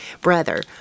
brother